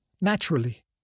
naturally